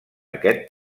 aquest